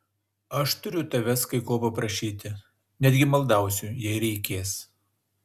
aš turiu tavęs kai ko paprašyti netgi maldausiu jei reikės